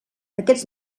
aquests